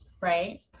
right